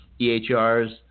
EHRs